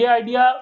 idea